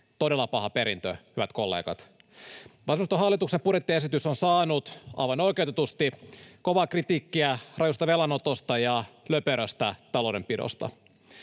Todella paha perintö, hyvät kollegat. Vasemmistohallituksen budjettiesitys on saanut, aivan oikeutetusti, kovaa kritiikkiä rajusta velanotosta ja löperöstä taloudenpidosta.